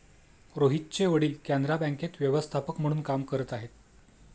रोहितचे वडील कॅनरा बँकेत व्यवस्थापक म्हणून काम करत आहे